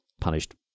punished